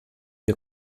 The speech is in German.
wir